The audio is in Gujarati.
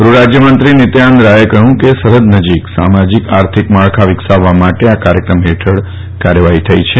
ગ્રહરાજયમંત્રી નિત્યાનંદ રાયે કહ્યું કે સરહદ નજીક સામાજિક આર્થિક માળખાં વિકસાવવા માટે આ કાર્યક્રમ હેઠળ કાર્યવાહી થઇ છે